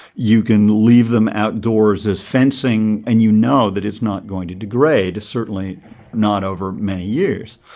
you can leave them outdoors as fencing and you know that it's not going to degrade, certainly not over many years.